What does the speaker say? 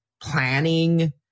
planning